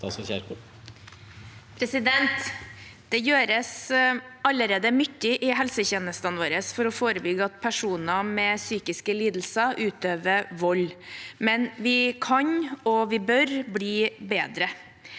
Det gjøres alle- rede mye i helsetjenestene våre for å forebygge at personer med psykiske lidelser utøver vold, men vi kan og bør bli bedre.